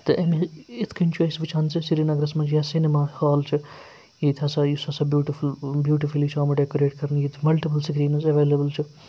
تہٕ اَمہِ یِتھ کٔنۍ چھُ أسۍ وٕچھان زِ سرینَگرَس منٛز یا سِنِما ہال چھُ ییٚتہِ ہَسا یُس ہَسا بیوٗٹِفُل بیوٹفُلی چھُ آمُت ڈیکُریٹ کَرنہٕ ییٚتہِ مَلٹِپٕل سِکریٖنٕز ایویلیبٕل چھِ